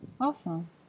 awesome